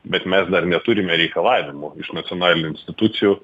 bet mes dar neturime reikalavimo iš nacionalinių institucijų